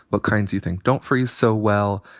what kinds you think don't freeze so well.